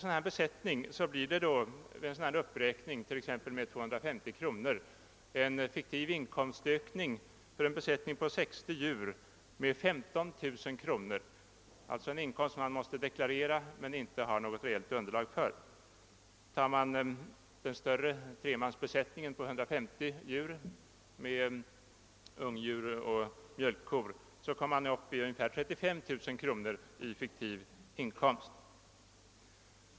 nor blir det en fiktiv inkomstökning med 15 000 kronor vid en besättning på 60 djur, dvs. en inkomst som måste deklareras utan att det finns något reellt underlag för den. Räknar man med den större besättningen på 350 djur med ungdjur och mjölkkor kommer man upp till ungefär 35 000 kronor i fiktiv inkomst.